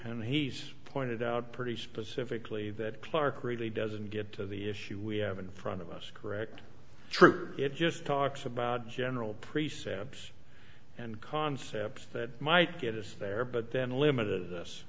and he's pointed out pretty specifically that clarke really doesn't get to the issue we have in front of us correct true it just talks about general precepts and concepts that might get us there but then limited us